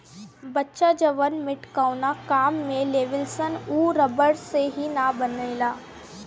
बच्चा जवन मेटकावना काम में लेवेलसन उ रबड़ से ही न बनेला